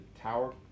tower